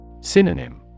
Synonym